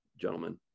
gentlemen